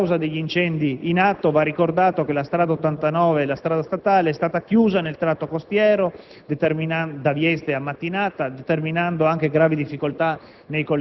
A causa degli incendi in atto, va ricordato che la strada statale n. 89 è stata chiusa nel tratto costiero da Vieste a Mattinata, determinando gravi difficoltà